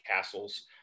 castles